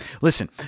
Listen